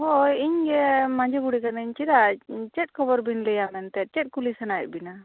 ᱦᱳᱭ ᱤᱧᱜᱮ ᱢᱟᱺᱡᱷᱤ ᱵᱩᱲᱦᱤ ᱠᱟᱹᱱᱟᱹᱧ ᱪᱮᱫᱟᱜ ᱪᱮᱫ ᱠᱷᱳᱵᱚᱨ ᱵᱮᱱ ᱞᱟᱹᱭᱟ ᱢᱮᱱᱛᱮ ᱪᱮᱫ ᱠᱩᱞᱤ ᱥᱟᱱᱟᱭᱮᱫ ᱵᱤᱱᱟ